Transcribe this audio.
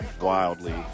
wildly